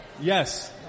Yes